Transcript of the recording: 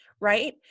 Right